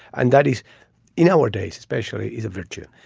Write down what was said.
and that is in our days especially is a virtue.